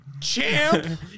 champ